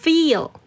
Feel